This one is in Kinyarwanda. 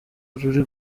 ruri